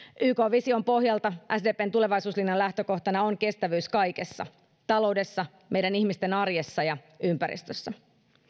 vision pohjalta sdpn tulevaisuuslinjan lähtökohtana on kestävyys kaikessa taloudessa meidän ihmisten arjessa ja ympäristössä